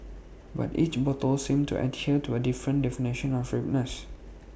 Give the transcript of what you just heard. but each bottle seemed to adhere to A different definition of ripeness